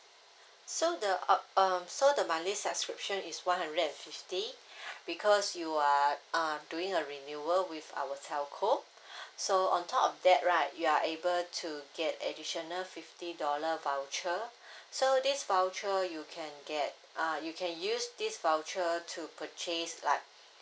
so the up~ um so the monthly subscription is one hundred and fifty because you are uh doing a renewal with our telco so on top of that right you are able to get additional fifty dollar voucher so this voucher you can get err you can use this voucher to purchase like